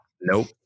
nope